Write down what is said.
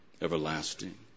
everlasting